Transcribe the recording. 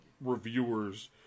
reviewers